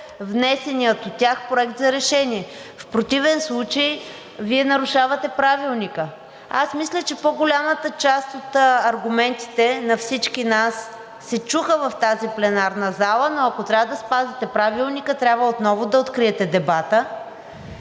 внесения от тях проект за решение. В противен случай Вие нарушавате Правилника. Аз мисля, че по-голямата част от аргументите на всички нас се чуха в тази пленарна зала, но ако трябва да спазите Правилника, трябва отново да откриете дебата,